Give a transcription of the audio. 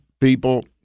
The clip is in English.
people